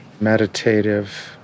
meditative